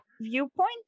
viewpoint